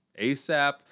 ASAP